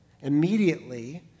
Immediately